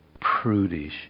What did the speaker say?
prudish